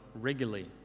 regularly